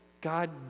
God